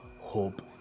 hope